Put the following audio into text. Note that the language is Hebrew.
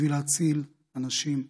בשביל להציל אנשים בדרכים.